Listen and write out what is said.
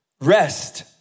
Rest